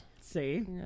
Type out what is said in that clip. See